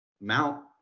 mount